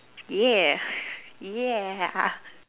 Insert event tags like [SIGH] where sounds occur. yeah [BREATH] yeah ah